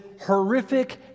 horrific